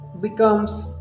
becomes